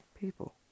People